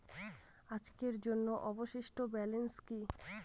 আজকের জন্য অবশিষ্ট ব্যালেন্স কি?